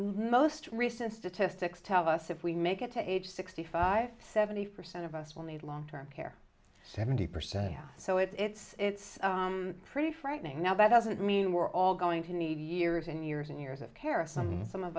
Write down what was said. most recent statistics tell us if we make it to age sixty five seventy percent of us will need long term care seventy percent yes so it's it's pretty frightening now that doesn't mean we're all going to need years and years and years of carrots and some of